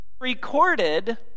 recorded